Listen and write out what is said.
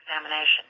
examination